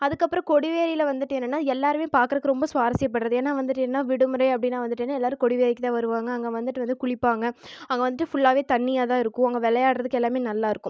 அதுக்கப்புறம் கொடிவேரியில் வந்துட்டு என்னன்னால் எல்லோருமே பார்க்கறக்கு ரொம்ப சுவாரசியப்படுறது ஏன்னா வந்துட்டு ஏன்னா விடுமுறை அப்படின்னா வந்துட்டுனு எல்லோரும் கொடிவேரிக்குதான் வருவாங்க அங்கே வந்துட்டு வந்து குளிப்பாங்க அங்கே வந்துட்டு ஃபுல்லாகவே தண்ணியாக தான் இருக்கும் அங்கே விளையாட்றதுக்கு எல்லாமே நல்லாயிருக்கும்